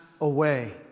away